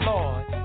Lord